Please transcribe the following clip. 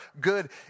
good